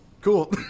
Cool